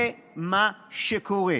זה מה שקורה.